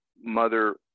mother